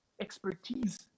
expertise